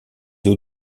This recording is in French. eaux